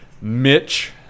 Mitch